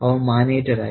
അവൻ മാനേജരായി